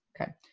Okay